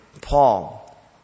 Paul